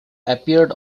appeared